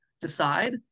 decide